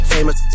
Famous